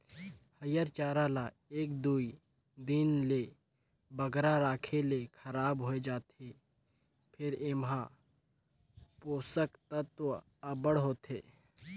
हयिर चारा ल एक दुई दिन ले बगरा राखे ले खराब होए जाथे फेर एम्हां पोसक तत्व अब्बड़ होथे